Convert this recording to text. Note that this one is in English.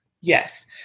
Yes